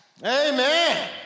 Amen